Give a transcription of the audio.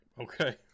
Okay